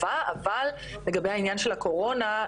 לגבי העניין של הקורונה,